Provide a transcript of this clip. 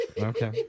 Okay